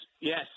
yes